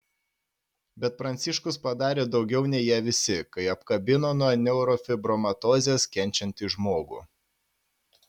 bet pranciškus padarė daugiau nei jie visi kai apkabino nuo neurofibromatozės kenčiantį žmogų